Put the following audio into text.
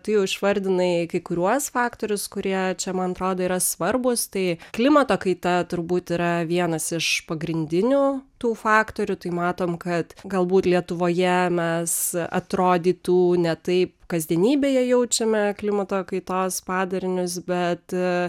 tu jau išvardinai kai kuriuos faktorius kurie čia man atrodo yra svarbūs tai klimato kaita turbūt yra vienas iš pagrindinių tų faktorių tai matom kad galbūt lietuvoje mes atrodytų ne taip kasdienybėje jaučiame klimato kaitos padarinius bet